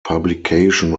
publication